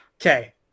okay